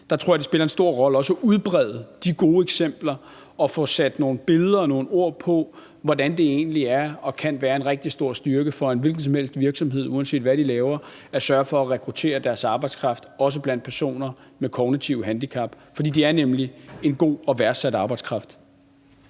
gå forrest, spiller en stor rolle at udbrede de gode eksempler og få sat nogle billeder og nogle ord på, hvordan det egentlig er og kan være en rigtig stor styrke for en hvilken som helst virksomhed, uanset hvad de laver, at sørge for også at rekruttere deres arbejdskraft blandt personer med kognitive handicap; for de er nemlig en god og værdsat arbejdskraft.